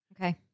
Okay